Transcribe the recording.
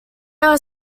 are